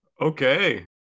Okay